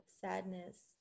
sadness